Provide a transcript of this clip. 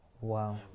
Wow